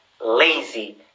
lazy